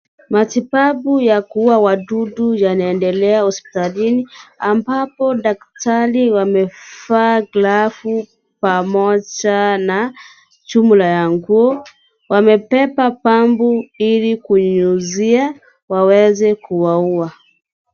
Matibabu ya kuua wadudu yanaendelea hospitalini ambapo daktari wamevaa glavu pamoja na jumla ya nguo. Wamebeba pampu ili kunyunyizia waweze kuwaua.